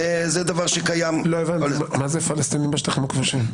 מה זה פלסטינים בשטחים הכבושים?